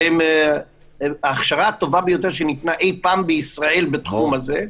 שלהם ההכשרה הטובה ביותר שניתנה אי פעם בישראל בתחום הזה,